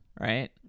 right